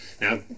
now